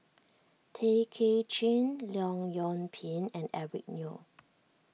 Tay Kay Chin Leong Yoon Pin and Eric Neo